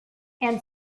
and